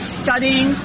studying